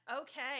Okay